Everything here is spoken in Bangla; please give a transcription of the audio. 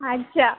আচ্ছা